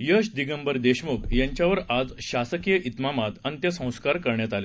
यश दिगंबर देशमुख यांच्यावर आज शासकीय इतमामात अंत्यसंस्कार करण्यात आले